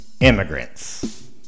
Immigrants